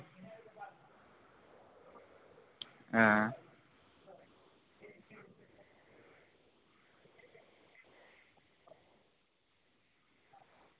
आं